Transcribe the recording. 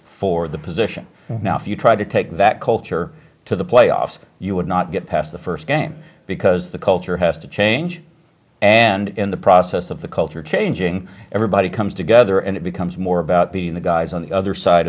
for the position now if you tried to take that culture to the playoffs you would not get past the first game because the culture has to change and in the process of the culture changing everybody comes together and it becomes more about the in the guys on the other side